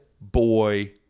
Boy